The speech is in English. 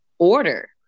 order